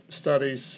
studies